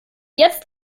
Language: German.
jetzt